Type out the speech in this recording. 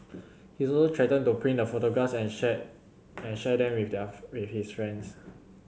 he also threatened to print the photographs and share and share them with their with his friends